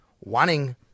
wanting